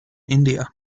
india